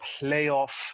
playoff